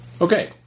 Okay